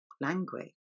language